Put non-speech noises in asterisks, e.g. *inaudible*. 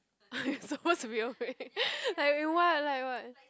*laughs* you are supposed to be afraid like what like what